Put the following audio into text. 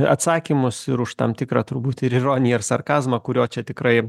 atsakymus ir už tam tikrą turbūt ir ironiją ir sarkazmą kurio čia tikrai